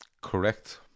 correct